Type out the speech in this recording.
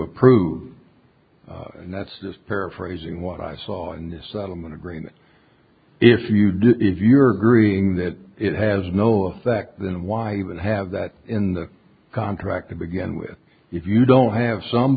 approve and that's just paraphrasing what i saw in this settlement agreement if you do if you're grieving that it has no effect then why even have that in the contract to begin with if you don't have some